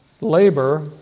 labor